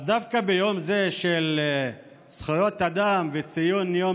אז דווקא ביום זה של זכויות האדם וציון היום